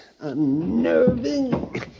unnerving